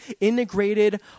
integrated